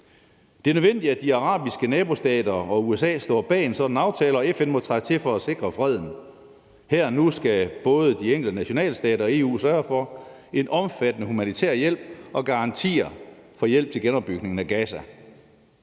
Det er nødvendigt, at de arabiske nabostater og USA står bag en sådan aftale, og FN må træde til for at sikre freden. Her og nu skal både de enkelte nationalstater og EU sørge for en omfattende humanitær hjælp og garantier for hjælp til genopbygningen af Gaza.